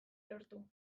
lortu